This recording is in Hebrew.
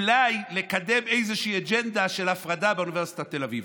אולי לקדם איזושהי אג'נדה של הפרדה באוניברסיטת תל אביב.